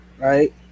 right